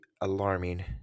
alarming